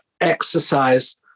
exercise